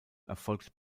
erfolgt